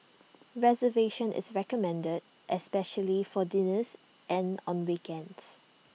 reservation is recommended especially for dinners and on weekends